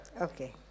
Okay